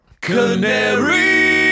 canary